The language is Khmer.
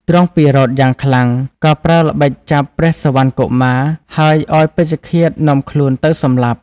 ទ្រង់ពិរោធយ៉ាងខ្លាំង ក៏ប្រើល្បិចចាប់ព្រះសុវណ្ណកុមារហើយឱ្យពេជ្ឈឃាតនាំខ្លួនទៅសម្លាប់។